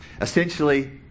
Essentially